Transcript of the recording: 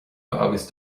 agus